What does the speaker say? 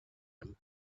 him